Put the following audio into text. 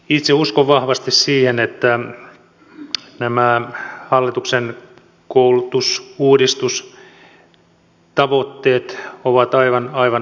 itse uskon vahvasti siihen että nämä hallituksen koulutusuudistustavoitteet ovat aivan oikeita